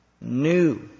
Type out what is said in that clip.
new